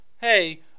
hey